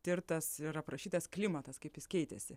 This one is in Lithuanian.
tirtas ir aprašytas klimatas kaip jis keitėsi